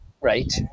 Right